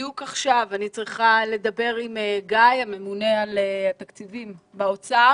בדיוק עכשיו אני צריכה לדבר עם הממונה על התקציבים באוצר